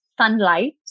Sunlight